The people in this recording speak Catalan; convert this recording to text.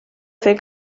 fer